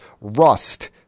rust